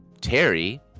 Terry